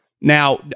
Now